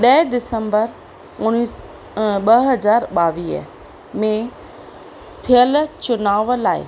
ॾह डिसंबर उणिवीह सौ ॿ हज़ार ॿावीह में थियलु चुनाव लाइ